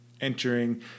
entering